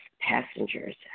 passengers